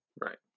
Right